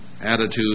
attitude